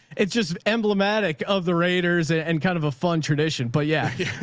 it's just emblematic of the raiders and kind of a fun tradition, but yeah.